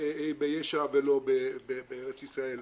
ביש"ע ולא בארץ ישראל.